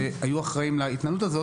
שיהיו אחראים להתנהלות הזאת,